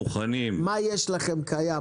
מה יש לכם קיים?